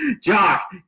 jock